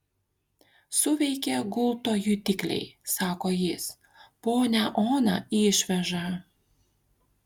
suveikė gulto jutikliai sako jis ponią oną išveža